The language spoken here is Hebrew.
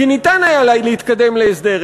כי ניתן היה להתקדם להסדר.